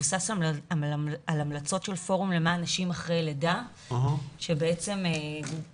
זה מבוסס על המלצות של פורום למען נשים לאחר לידה שקיים בוויצו,